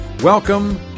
Welcome